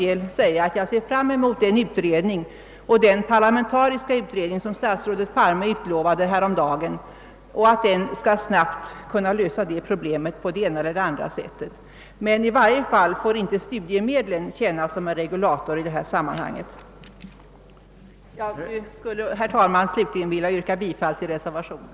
Jag ser fram mot den parlamentariska utredning som statsrådet Palme utlovade häromdagen, och jag hoppas att den snabbt skall kunna lösa problemet på det ena eller andra sättet. I varje fall får inte studiemedlen tjäna som en regulator i detta sammanhang. Herr talman! Jag skulle slutligen vilja yrka bifall till reservationen.